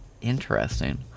Interesting